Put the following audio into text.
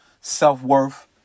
self-worth